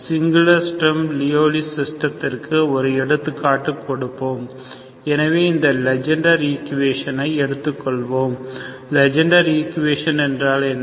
singular Sturm Liouville சிஸ்டத்திற்கு ஒரு எடுத்துக்காட்டு கொடுப்போம் எனவே இந்த லெஜெண்டர் ஈக்குவேஷன் ஐ எடுத்துக்கொள்வோம் லெஜெண்டர் ஈக்குவேஷன் என்றால் என்ன